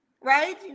right